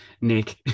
Nick